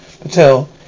Patel